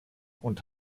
und